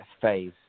phase